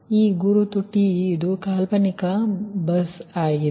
ಈ ಗುರುತು t ಇದು ಕಾಲ್ಪನಿಕ ಬಸ್ ಸರಿ